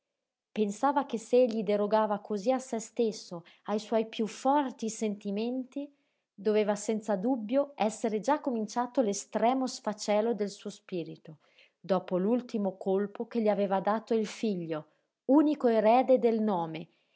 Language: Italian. pensava che se egli derogava cosí a se stesso ai suoi piú forti sentimenti doveva senza dubbio essere già cominciato l'estremo sfacelo del suo spirito dopo l'ultimo colpo che gli aveva dato il figlio unico erede del nome